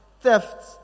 theft